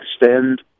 extend